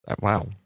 wow